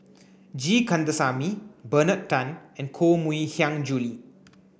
G Kandasamy Bernard Tan and Koh Mui Hiang Julie